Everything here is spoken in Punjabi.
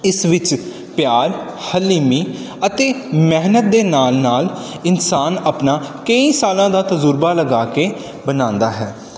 ਇਸ ਵਿੱਚ ਪਿਆਰ ਹਲੀਮੀ ਅਤੇ ਮਿਹਨਤ ਦੇ ਨਾਲ ਨਾਲ ਇਨਸਾਨ ਆਪਣਾ ਕਈ ਸਾਲਾਂ ਦਾ ਤਜ਼ੁਰਬਾ ਲਗਾ ਕੇ ਬਣਾਉਂਦਾ ਹੈ